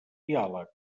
diàleg